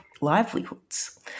livelihoods